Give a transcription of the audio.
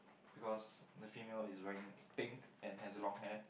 because the female is wearing pink and has a long hair